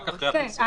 כן.